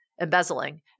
Embezzling